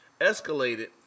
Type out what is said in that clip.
Escalated